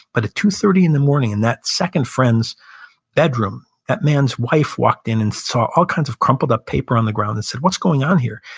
but at two thirty in the morning, in that second friend's bedroom, that man's wife walked in and saw all kinds of crumpled up paper on the ground and said, what's going on here?